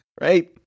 right